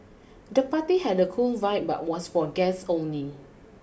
the party had a cool vibe but was for guests only